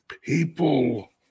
people